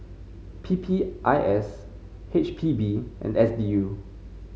P P I S H P B and S D U